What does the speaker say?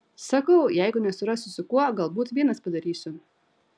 sakau jeigu nesurasiu su kuo galbūt vienas padarysiu